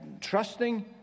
trusting